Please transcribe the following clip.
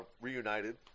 reunited